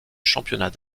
championnat